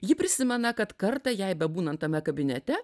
ji prisimena kad kartą jai bebūnant tame kabinete